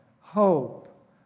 hope